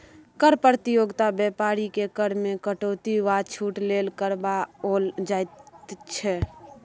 कर प्रतियोगिता बेपारीकेँ कर मे कटौती वा छूट लेल करबाओल जाइत छै